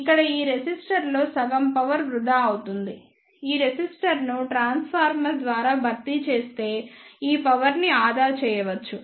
ఇక్కడ ఈ రెసిస్టర్లో సగం పవర్ వృధా అవుతుంది ఈ రెసిస్టర్ను ట్రాన్స్ఫార్మర్ ద్వారా భర్తీ చేస్తే ఈ పవర్ ని ఆదా చేయవచ్చు